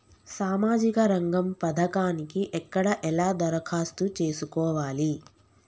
సామాజిక రంగం పథకానికి ఎక్కడ ఎలా దరఖాస్తు చేసుకోవాలి?